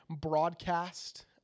broadcast